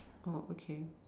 oh okay